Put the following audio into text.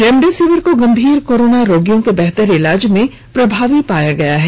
remdesivir को गंभीर corona रोगियों के बेहतर इलाज में प्रभावी पाया गया है